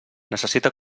necessita